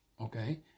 Okay